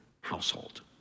household